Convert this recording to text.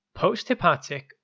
Post-hepatic